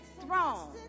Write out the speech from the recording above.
throne